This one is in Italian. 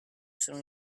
essere